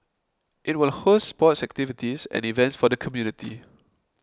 it will host sports activities and events for the community